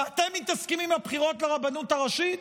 ואתם מתעסקים עם הבחירות לרבנות הראשית?